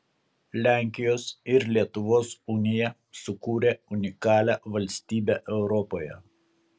lenkijos ir lietuvos unija sukūrė unikalią valstybę europoje